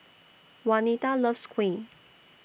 Wanita loves Kuih